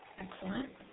Excellent